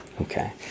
Okay